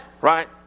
right